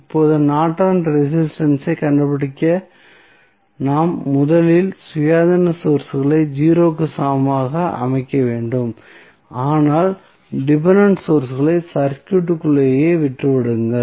இப்போது நார்டனின் ரெசிஸ்டன்ஸ் ஐ கண்டுபிடிக்க நாம் முதலில் சுயாதீன சோர்ஸ்களை 0 க்கு சமமாக அமைக்க வேண்டும் ஆனால் டிபென்டென்ட் சோர்ஸ்களை சர்க்யூட்க்குள்ளேயே விட்டுவிடுங்கள்